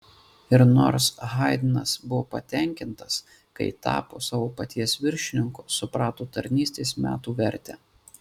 ir nors haidnas buvo patenkintas kai tapo savo paties viršininku suprato tarnystės metų vertę